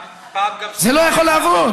זה לא יכול לעבוד.